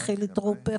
חילי טרופר,